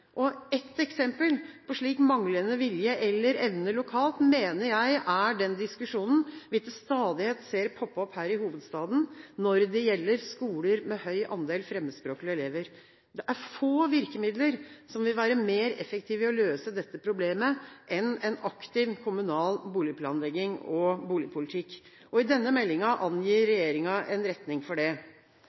har et handlingsrom i dagens regelverk som de både bør og må ta, men det krever at det er politisk vilje til å gjøre det. Ett eksempel på slik manglende vilje – eller evne – lokalt mener jeg er den diskusjonen vi til stadighet ser poppe opp her i hovedstaden når det gjelder skoler med høy andel fremmedspråklige elever. Det er få virkemidler som vil være mer effektive for å løse dette problemet,